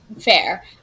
fair